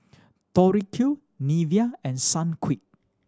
Tori Q Nivea and Sunquick